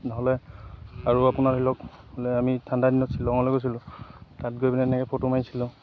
নহ'লে আৰু আপোনাৰ ধৰি লওক হ'লে আমি ঠাণ্ডা দিনত শ্বিলঙলৈ গৈছিলোঁ তাত গৈ পেলাহেনি এনেকৈ ফটো মাৰিছিলোঁ